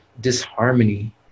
disharmony